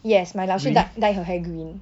yes my 老师 dyed dyed her hair green